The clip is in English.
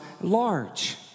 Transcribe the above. large